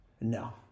No